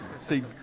see